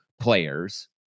players